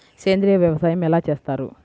సేంద్రీయ వ్యవసాయం ఎలా చేస్తారు?